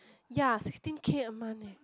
ya sixteen K a month eh